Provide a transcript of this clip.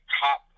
top